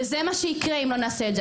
וזה מה שיקרה אם לא נעשה את זה.